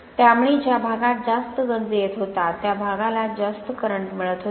त्यामुळे ज्या भागात जास्त गंज येत होता त्या भागाला जास्त करंट मिळत होता